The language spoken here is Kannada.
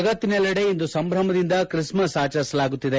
ಜಗತ್ತಿನೆಲ್ಲೆಡೆ ಇಂದು ಸಂಭ್ರಮದಿಂದ ಕ್ರಿಸ್ಟಸ್ ಆಚರಿಸಲಾಗುತ್ತಿದೆ